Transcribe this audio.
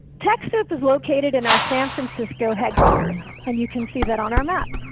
techsoup is located in our san francisco headquarters. and you can see that on our map.